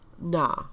Nah